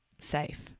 safe